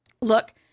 look